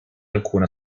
alcuna